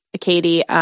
Katie